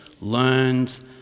learned